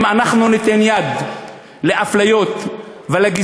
אם אנחנו ניתן יד לאפליות ולגזענות,